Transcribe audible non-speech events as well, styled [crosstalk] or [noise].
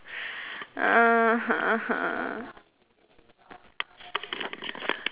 [noise]